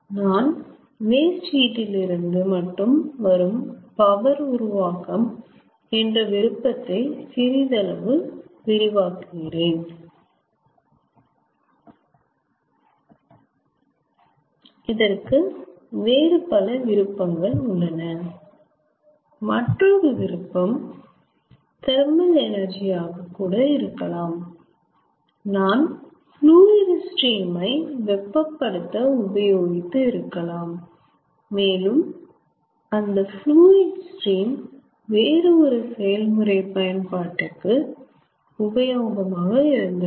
நான் waste heat இல் இருந்து மட்டுமே வரும் பவர் உருவாக்கம் என்ற விருப்பத்தை சிறிதளவு விரிவாக்குகிறேன் இதற்கு வேற பல விருப்பங்கள் உள்ளன மற்றொரு விருப்பம் தெர்மல் எனர்ஜி ஆக கூட இருக்கலாம் நான் ஃப்லுயிடு ஸ்ட்ரீம் ஐ வெப்பப்படுத்த உபயோகித்து இருக்கலாம் மேலும் அந்த ஃப்லுயிடு ஸ்ட்ரீம் வேறு ஒரு செயல்முறை பயன்பாட்டுக்கு உபயோகமாய் இருந்து இருக்கும்